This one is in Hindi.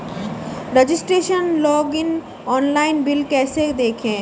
रजिस्ट्रेशन लॉगइन ऑनलाइन बिल कैसे देखें?